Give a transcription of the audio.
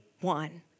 one